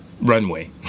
Runway